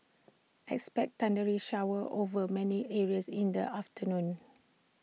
expect thundery showers over many areas in the afternoon